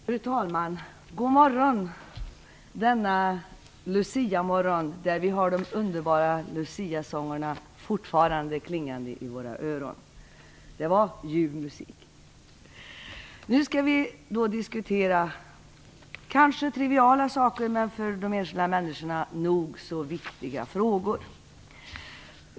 Fru talman! God morgon denna luciamorgon när vi fortfarande har de underbara luciasångerna klingande i våra öron. Det är ljuv musik vi fått höra. Vi skall nu diskutera kanske triviala men för de enskilda människorna nog så viktiga frågor.